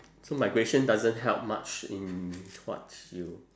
so migration doesn't help much in what you